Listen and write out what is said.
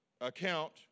account